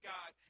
God